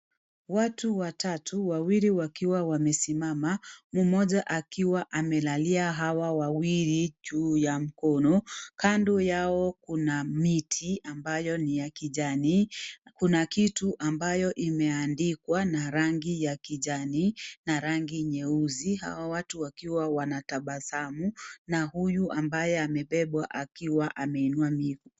Watu watatu, wawili wakiwa wamesimama, mmoja akiwa amelalia hawa wawili juu ya mkono. Kando yao kuna miti ambayo ni ya kijani na kuna kitu ambayo imeandikwa na rangi ya kijani na rangi nyeusi. Hawa watu wakiwa wanatabasamu na huyu ambaye amebebwa akiwa ameinua miguu.